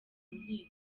nkiko